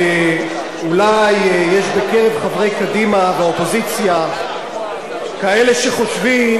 אולי יש בקרב חברי קדימה והאופוזיציה כאלה שחושבים